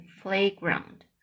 playground